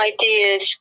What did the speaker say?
ideas